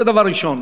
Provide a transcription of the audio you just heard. זה דבר ראשון.